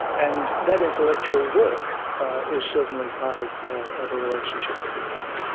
and that intellectual work is certainly part of of a relationship with the company.